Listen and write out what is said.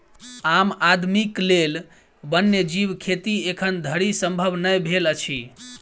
आम आदमीक लेल वन्य जीव खेती एखन धरि संभव नै भेल अछि